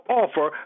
offer